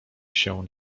się